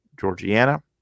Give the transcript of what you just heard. Georgiana